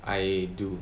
I do